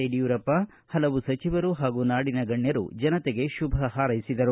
ಯಡಿಯೂರಪ್ಪ ಸಚಿವರು ಹಾಗೂ ನಾಡಿನ ಗಣ್ಣರು ಜನತೆಗೆ ಶುಭ ಹಾರ್ೈಸಿದರು